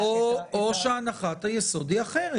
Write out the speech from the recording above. או שהנחת היסוד היא אחרת,